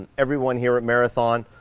everyone here at marathon,